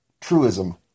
truism